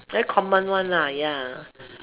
very common one ya